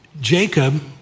Jacob